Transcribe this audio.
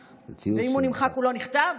ואם הוא נמחק, הוא לא נכתב?